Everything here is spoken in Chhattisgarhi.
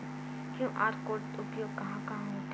क्यू.आर कोड के उपयोग कहां कहां होथे?